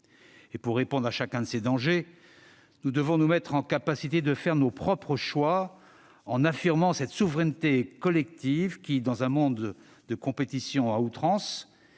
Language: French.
Pour répondre à chacun de ces dangers, nous devons nous mettre en capacité de faire nos propres choix, en affirmant cette souveraineté collective, qui, dans un monde de compétition à outrance,